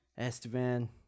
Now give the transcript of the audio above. Estevan